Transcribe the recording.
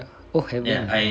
oh haven't